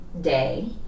day